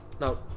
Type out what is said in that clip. now